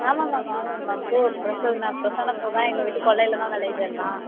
ஆமாம் மேம் ஆமாம் மேம் பூ ப்ரெஸல்னா ப்ரெஷ்ஷான பூதான் எங்கள் வீட்டு கொல்லையில்தான் விளையிது எல்லாம்